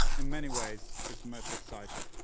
in many ways, is the most exciting.